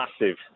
massive